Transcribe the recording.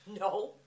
No